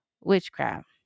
witchcraft